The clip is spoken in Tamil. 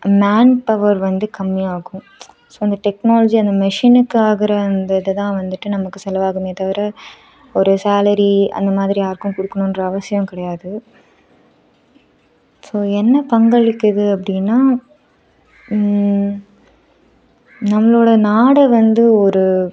மேன் பவர் வந்து கம்மியாகும் ஸோ டெக்னாலஜி அந்த மிஷனுக்காகுற அந்த இதைதான் வந்துட்டு நமக்கு செலவாகுமே தவிர ஒரு சேலரி அந்தமாதிரி யாருக்கும் கொடுக்கணுன்ற அவசியம் கிடையாது ஸோ என்ன பங்களிக்கிது அப்படின்னா நம்மளோடய நாடு வந்து ஒரு